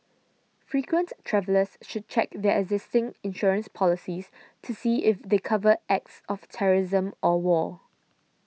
frequent travellers should check their existing insurance policies to see if they cover acts of terrorism or war